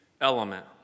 element